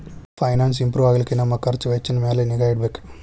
finance improve ಆಗ್ಲಿಕ್ಕೆ ನಮ್ ಖರ್ಛ್ ವೆಚ್ಚಿನ್ ಮ್ಯಾಲೆ ನಿಗಾ ಇಡ್ಬೆಕ್